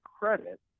credit